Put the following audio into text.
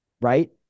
Right